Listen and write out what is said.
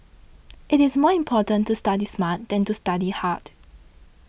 it is more important to study smart than to study hard